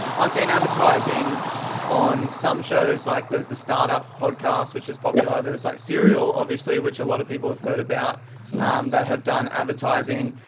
i've seen advertising on some shows like, there's the startup podcast, which is popular. there's like cereal, obviously, which a lot of people have heard about that have done advertising.